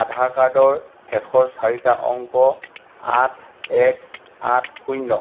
আধাৰ কাৰ্ডৰ শেষৰ চাৰিটা অংক আঠ এক আঠ শূন্য